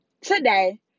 today